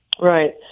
Right